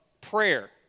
prayer